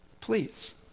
please